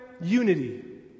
unity